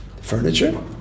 Furniture